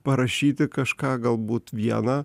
parašyti kažką galbūt vieną